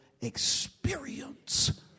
experience